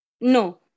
No